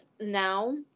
now